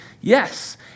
yes